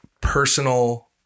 personal